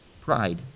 Pride